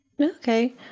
Okay